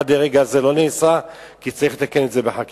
עד לרגע זה לא נעשה, כי צריך לתקן את זה בחקיקה.